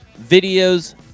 videos